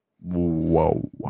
Whoa